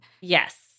Yes